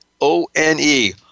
O-N-E